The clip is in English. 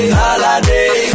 holiday